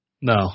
No